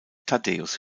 thaddäus